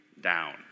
down